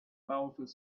powerful